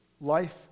life